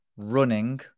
running